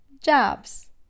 Jobs